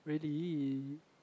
really